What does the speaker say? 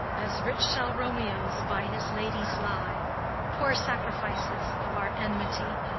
as rich shall romeo's by his lady's lie poor sacrifices of our enmity!